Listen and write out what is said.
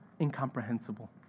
incomprehensible